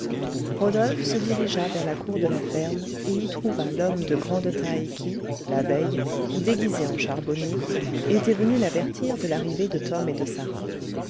rodolphe se dirigea vers la cour de la ferme et y trouva l'homme de grande taille qui la veille déguisé en charbonnier était venu l'avertir de l'arrivée de tom et de sarah